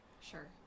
Sure